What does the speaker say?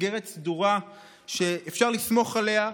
מסגרת סדורה שאפשר לסמוך עליה,